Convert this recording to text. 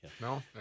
No